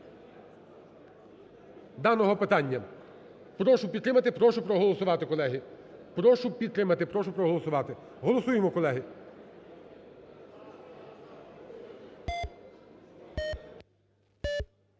даного питання. Прошу підтримати, прошу проголосувати, колеги. прошу підтримати, прошу проголосувати. Голосуємо, колеги.